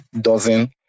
dozen